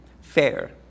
fair